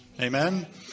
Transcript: Amen